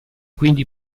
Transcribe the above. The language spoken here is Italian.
quindi